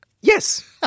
Yes